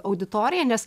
auditoriją nes